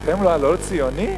אתם הלא-ציונים?